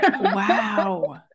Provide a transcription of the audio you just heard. Wow